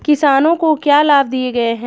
किसानों को क्या लाभ दिए गए हैं?